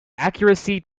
accuracy